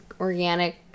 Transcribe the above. organic